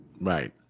Right